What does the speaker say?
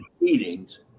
meetings